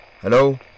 Hello